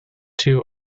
two